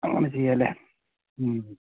അങ്ങനെ ചെയ്യാം അല്ലേ മ്മ്